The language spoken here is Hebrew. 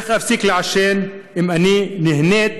איך אפסיק לעשן אם אני נהנית